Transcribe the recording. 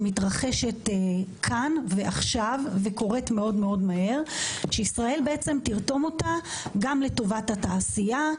ומתרחשת כאן ועכשיו וקורית מאוד מאוד מהר גם לטובת התעשייה,